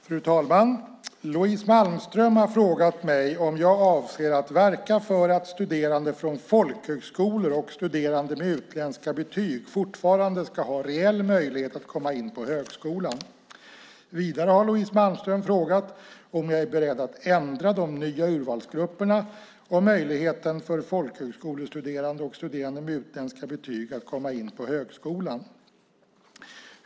Fru talman! Louise Malmström har frågat mig om jag avser att verka för att studerande från folkhögskolor och studerande med utländska betyg fortfarande ska ha reell möjlighet att komma in på högskolan. Vidare har Louise Malmström frågat om jag är beredd att ändra de nya urvalsgrupperna om möjligheten för folkhögskolestuderande och studerande med utländska betyg att komma in på högskolan.